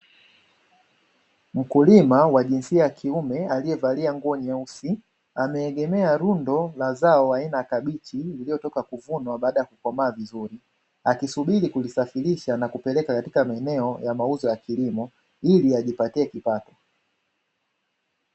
Mkulima wa jinsia ya kiume aliyevalia nguo nyeusi ameegemea rundo la zao aina ya kabichi, lililotoka kuvunwa baada ya kukomaa vizuri akisubiri kusafirisha na kupeleka katika maeneo la mauzo ya kilimo ili ajipatie kipato.